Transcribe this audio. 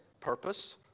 purpose